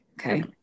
Okay